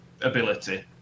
ability